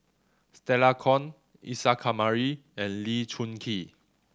Stella Kon Isa Kamari and Lee Choon Kee